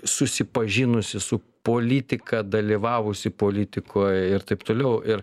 susipažinusi su politika dalyvavusi politikoj ir taip toliau ir